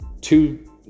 Two